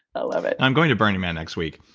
ah love it i'm going to burning man next week.